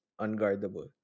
unguardable